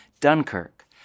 Dunkirk